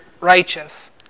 righteous